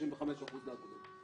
65% לאגודות.